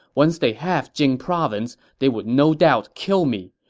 once they have jing province, they would no doubt kill me.